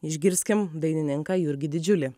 išgirskim dainininką jurgį didžiulį